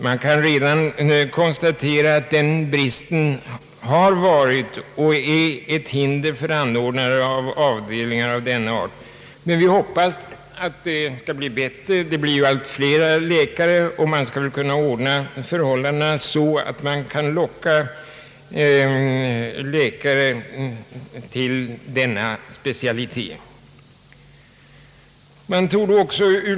Det kan redan konstateras att den bristen har varit och är ett hinder för anordnande av narkomanvårdsavdelningar. Vi hoppas emellertid att det skall bli bättre. Läkarna blir ju allt flera och det är att hoppas att man kan ordna förhållandena så att de lockar läkare till denna specialitet.